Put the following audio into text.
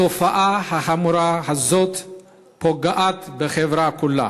התופעה החמורה הזו פוגעת בחברה כולה.